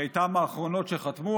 היא הייתה מהאחרונות שחתמו.